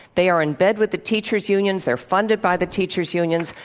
they are in bed with the teacher's union. they're funded by the teacher's union.